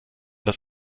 das